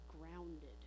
grounded